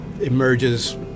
emerges